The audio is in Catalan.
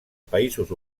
països